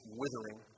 withering